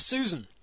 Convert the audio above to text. Susan